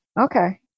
Okay